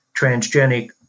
transgenic